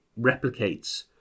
replicates